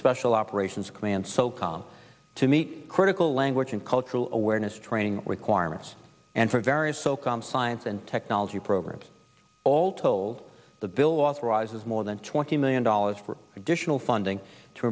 special operations command so com to meet critical language and cultural awareness training requirements and for various socom science and technology programs all told the bill authorizes more than twenty million dollars for additional funding to